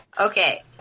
okay